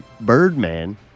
Birdman